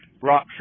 rock